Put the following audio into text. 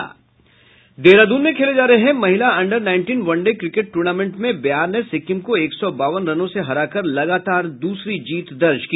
देहरादून में खेले जा रहे महिला under nineteen one day cricket tournament में बिहार ने सिक्किम को एक सौ बावन रनों से हरा कर लगातार दूसरी जीत दर्ज की